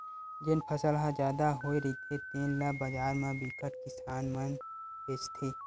जेन फसल ह जादा होए रहिथे तेन ल बजार म बिकट किसान मन बेचथे